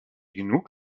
genug